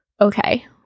okay